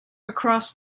across